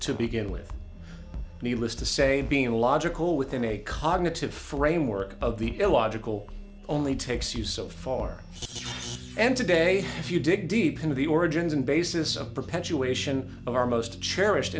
to begin with needless to say being logical within a cognitive framework of the illogical only takes you so far and today if you dig deep into the origins and basis of perpetuation of our most cherished